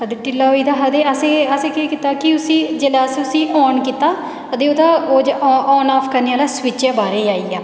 होई गेदा ढिल्ला होई गेदा हा ते असें असें केह् कीता कि उसी जेल्ले अस उसी ऑन कीता ते ओह्दा ऑन ऑफ करने आह्ला स्विच बाहरै गी आई गेआ